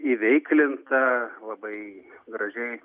įveiklintą labai gražiai